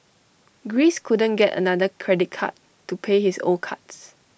Greece couldn't get another credit card to pay his old cards